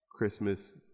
Christmas